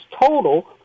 total